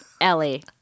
Ellie